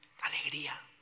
Alegría